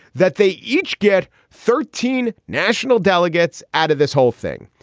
that they each get thirteen national delegates out of this whole thing.